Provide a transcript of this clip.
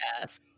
Yes